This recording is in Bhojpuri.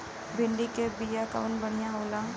भिंडी के बिया कवन बढ़ियां होला?